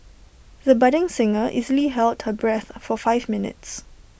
the budding singer easily held her breath for five minutes